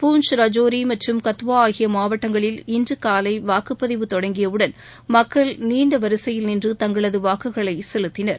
பூஞ்ச் ரஜோரிமற்றும் கத்துவாஆகியமாவட்டங்களில் இன்றுகாலைவாக்குப்பதிவு தொடங்கியவுடன் மக்கள் நீண்டவரிசையில் நின்று தங்களதுவாக்குகளைசெலுத்தினர்